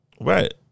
Right